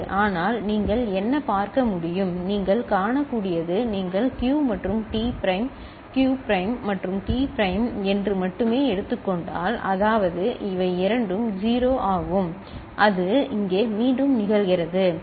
ஆனால் நீங்கள் என்ன பார்க்க முடியும் நீங்கள் காணக்கூடியது நீங்கள் Q மற்றும் T prime Q prime மற்றும் T prime என்று மட்டுமே எடுத்துக் கொண்டால் அதாவது இவை இரண்டும் 0 ஆகும் அது இங்கே மீண்டும் நிகழ்கிறது சரி